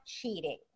cheating